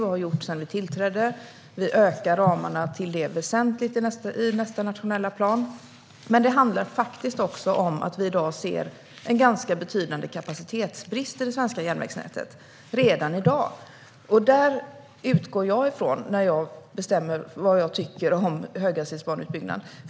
Vi har gjort det sedan vi tillträdde, och vi ökar ramarna till detta väsentligt i nästa nationella plan. Men det handlar faktiskt också om att vi redan i dag ser en ganska betydande kapacitetsbrist i det svenska järnvägsnätet. Detta utgår jag från när jag bestämmer vad jag tycker om höghastighetsbaneutbyggnad.